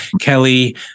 Kelly